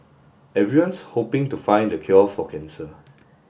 everyone's hoping to find the cure for cancer